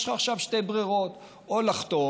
יש לך עכשיו שתי אפשרויות: או לחתום